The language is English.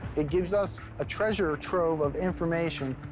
it gives us a treasure trove of information.